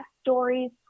stories